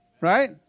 Right